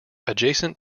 adjacent